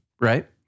right